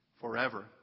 forever